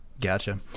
Gotcha